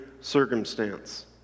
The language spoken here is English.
circumstance